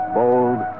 bold